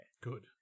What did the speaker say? Good